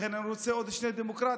לכן אני רוצה עוד שני דמוקרטיים,